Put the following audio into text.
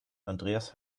andreas